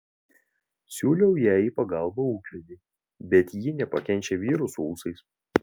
siūliau jai į pagalbą ūkvedį bet ji nepakenčia vyrų su ūsais